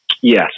Yes